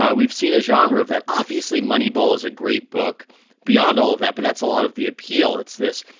ah we've seen a genre of that. obviously, moneyball is a great book beyond all of that, but that's a lot of the appeal. it's this,